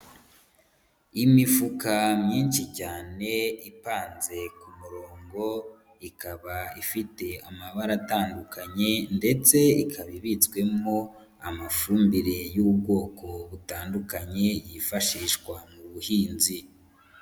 Imifuka myinshi cyane ipanze ku murongo, ikaba ifite amabara atandukanye ndetse ikaba ibitswemo amafumbire y'ubwoko butandukanye yifashishwa mu buhinzi.